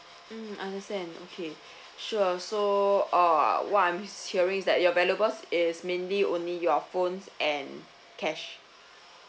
mm understand okay sure so uh what I'm hearing is that your valuable is mainly only your phone and cash